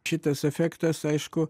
šitas efektas aišku